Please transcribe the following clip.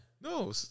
No